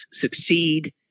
succeed